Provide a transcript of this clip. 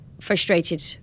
frustrated